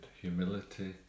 humility